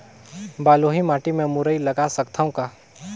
बलुही माटी मे मुरई लगा सकथव का?